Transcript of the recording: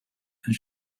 and